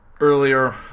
earlier